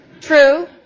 True